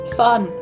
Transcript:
fun